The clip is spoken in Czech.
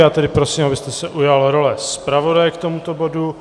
Já tedy prosím, abyste se ujal role zpravodaje k tomuto bodu.